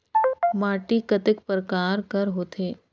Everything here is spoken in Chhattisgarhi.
माटी कतेक परकार कर होथे?